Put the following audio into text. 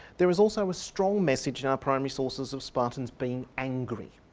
there is also a strong message in our primary sources of spartans being angry.